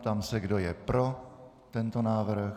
Ptám se, kdo je pro tento návrh.